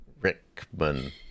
Rickman